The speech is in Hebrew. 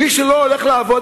מי שלא הולך לעבוד,